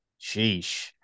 sheesh